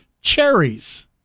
cherries